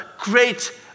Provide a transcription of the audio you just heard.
great